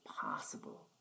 possible